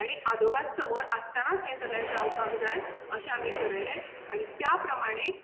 आनी आदोगाद समोर आसतानाच हें सगळें जावपाक जाय अशें आमी ठरयलें आनी त्या प्रमाणे